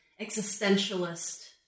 existentialist